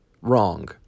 wrong